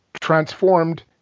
transformed